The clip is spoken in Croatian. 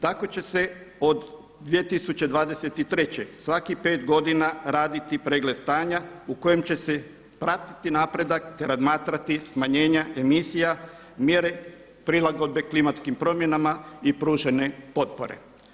Tako će se od 2023. svakih pet godina raditi pregled stanja u kojem će se pratiti napredak te razmatrati smanjenja emisija, mjere prilagodbe klimatskim promjenama i pružene potpore.